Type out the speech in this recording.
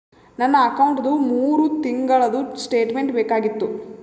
ನನ್ನ ಅಕೌಂಟ್ದು ಮೂರು ತಿಂಗಳದು ಸ್ಟೇಟ್ಮೆಂಟ್ ಬೇಕಾಗಿತ್ತು?